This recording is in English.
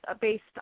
based